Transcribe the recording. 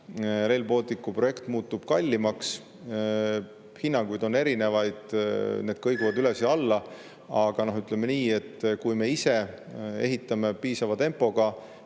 muutub projekt kallimaks. Hinnanguid on erinevaid, need kõiguvad üles ja alla, aga ütleme nii, et kui me ise ehitame piisava tempoga,